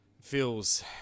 feels